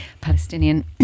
Palestinian